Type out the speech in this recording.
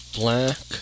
black